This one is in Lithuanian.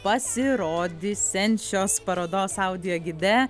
pasirodysiančios parodos audio gide